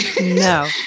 No